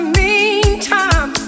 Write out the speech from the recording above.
meantime